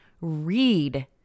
read